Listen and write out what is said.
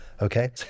okay